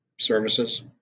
services